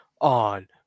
on